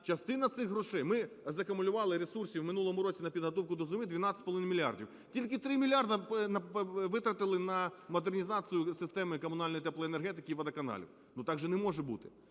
Частину цих грошей… ми закумулювали ресурси в минулому році на підготовку до зими 12,5 мільярдів. Тільки 3 мільярди витратили на модернізацію системи комунальної теплоенергетики і водоканалів. Ну, так же не може бути.